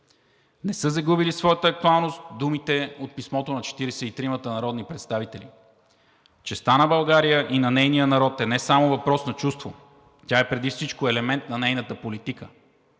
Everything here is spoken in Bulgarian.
Не са загубили своята актуалност думите от писмото на 43-мата народни представители: „Честта на България и на нейния народ е не само въпрос на чувство, тя е преди всичко елемент на нейната политика.